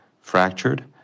fractured